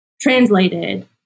translated